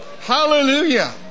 Hallelujah